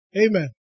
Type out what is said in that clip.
Amen